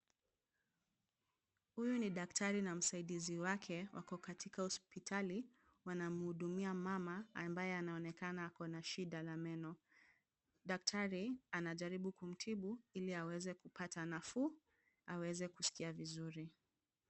Huyu ni daktari na msaidizi wake wako katika hospitali, wanamhudumia mama ambaye anaonekana ako na shida la meno. Daktari anajaribu kumtibu ili aweze kupata nafuu aweze kusikia vizuri.